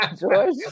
george